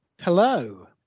Hello